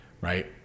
right